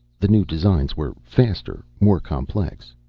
the new designs were faster, more complex.